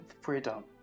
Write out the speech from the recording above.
freedom